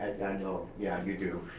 i know yeah you do,